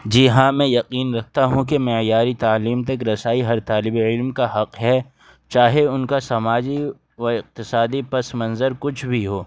جی ہاں میں یقین رکھتا ہوں کہ معیاری تعلیم تک رسائی ہر طالب علم کا حق ہے چاہے ان کا سماجی و اقتصادی پس منظر کچھ بھی ہو